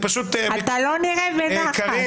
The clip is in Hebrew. אתה לא נראה בנחת.